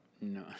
No